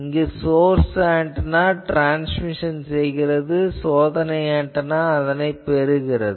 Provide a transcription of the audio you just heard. இங்கு source antenna transmission செய்கிறது சோதனை ஆன்டெனா அதனைப் பெறுகிறது